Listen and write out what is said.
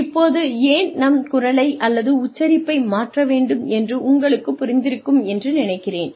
இப்போது ஏன் நம் குரலை அல்லது உச்சரிப்பை மாற்ற வேண்டும் என்று உங்களுக்குப் புரிந்திருக்கும் என்று நினைக்கிறேன்